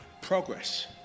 progress